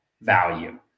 value